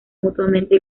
mutuamente